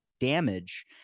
damage